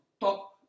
top